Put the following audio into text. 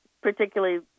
particularly